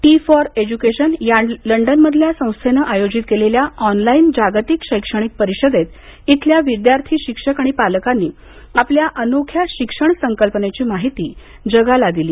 T four education या London मधल्या संस्थेनं आयोजित केलेल्या ऑनलाईन जागतिक शैक्षणिक परिषदेत इथल्या विद्यार्थी शिक्षक आणि पालकांनी आपल्या अनोख्या शिक्षण संकल्पनेची माहिती जगाला दिली